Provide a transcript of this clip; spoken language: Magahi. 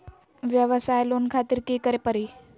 वयवसाय लोन खातिर की करे परी?